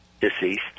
deceased